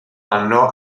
anno